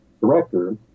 director